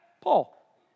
Paul